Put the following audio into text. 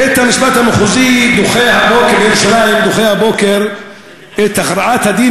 בית-המשפט המחוזי בירושלים דחה הבוקר את הכרעת הדין